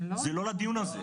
זה לא לדיון הזה.